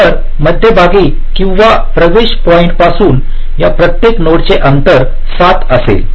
तर मध्यभागी किंवा या प्रवेश पॉईंट् पासून या प्रत्येक नोडचे अंतर 7 असेल